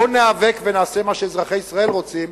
בואו ניאבק ונעשה מה שאזרחי ישראל רוצים,